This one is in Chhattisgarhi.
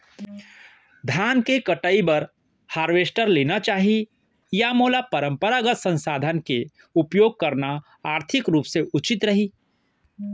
धान के कटाई बर हारवेस्टर लेना चाही या मोला परम्परागत संसाधन के उपयोग करना आर्थिक रूप से उचित रही?